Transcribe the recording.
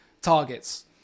targets